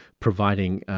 providing,